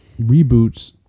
reboots